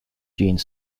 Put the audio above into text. jeanne